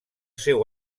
seu